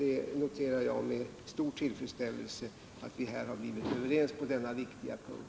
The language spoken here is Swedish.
Jag noterar med stor tillfredsställelse att vi blivit överens på denna viktiga punkt.